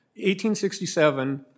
1867